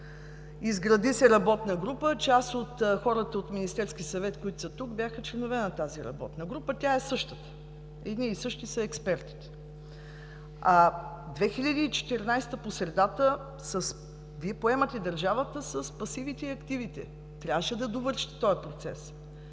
Изгради се работна група, част от хората от Министерския съвет, които са тук, бяха членове на тази работна група. Тя е същата, едни и същи са експертите. Две хиляди и четиринадесета година по средата Вие поемате държавата с пасивите и активите. Трябваше да довършите този процес